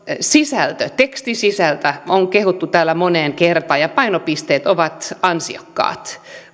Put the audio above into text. tekstisisältöä on kehuttu täällä moneen kertaan ja painopisteet ovat ansiokkaat